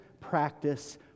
practice